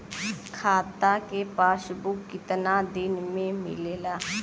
खाता के पासबुक कितना दिन में मिलेला?